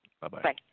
Bye-bye